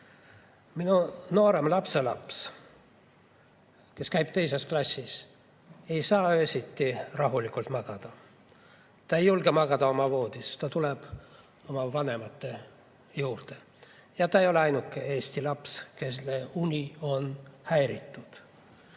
Minu noorem lapselaps, kes käib teises klassis, ei saa öösiti rahulikult magada. Ta ei julge magada oma voodis, ta tuleb oma vanemate juurde. Ja ta ei ole ainuke Eesti laps, kelle uni on häiritud.